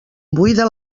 buida